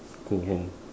go home